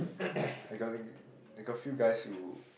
I got I got few guys who